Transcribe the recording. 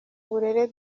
burere